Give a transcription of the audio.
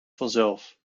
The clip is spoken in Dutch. vanzelf